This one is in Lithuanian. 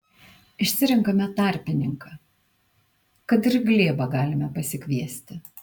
išsirenkame tarpininką kad ir glėbą galime pasikviesti